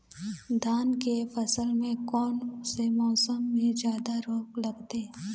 धान के फसल मे कोन से मौसम मे जादा रोग लगथे?